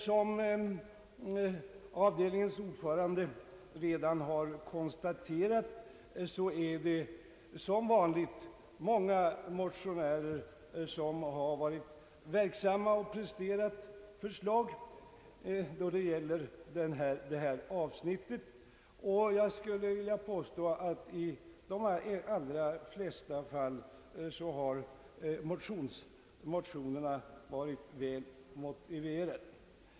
Som avdelningens ordförande redan har konstaterat, är det som vanligt många motionärer som har varit verksamma och presterat förslag när det gäller detta avsnitt, och jag skulle vilja påstå att motionerna i de allra flesta fall har varit väl motiverade.